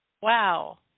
Wow